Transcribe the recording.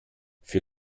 für